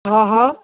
અહહ